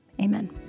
Amen